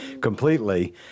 completely